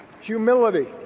humility